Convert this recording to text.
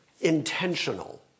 intentional